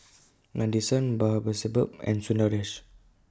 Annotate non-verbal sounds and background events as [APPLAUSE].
[NOISE] Nadesan Babasaheb and Sundaresh